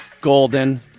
Golden